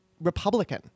Republican